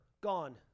gone